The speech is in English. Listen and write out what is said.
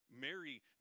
Mary